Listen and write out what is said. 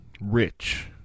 rich